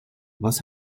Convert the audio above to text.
was